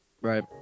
Right